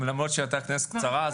למרות שהייתה כנסת קצרה.